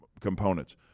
components